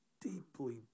deeply